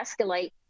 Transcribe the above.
escalate